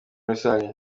rusange